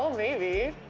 ah maybe.